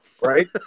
Right